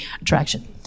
attraction